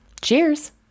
Cheers